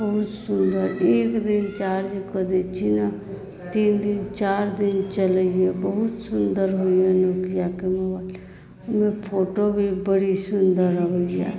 बहुत सुन्दर एक दिन चार्ज कऽ दै छियै ने तीन दिन चारि दिन चलैत हइ बहुत सुन्दर होइत हइ नोकियाके मोबाइल ओहिमे फोटो भी बड़ी सुन्दर अबैत हइ